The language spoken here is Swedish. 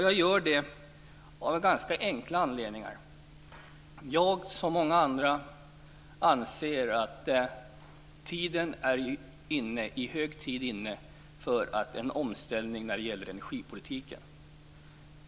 Jag gör det av en ganska enkel anledning. Jag som många andra anser att tiden nu i hög grad är inne för en omställning av energipolitiken.